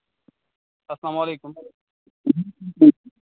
اَسلام علیکُم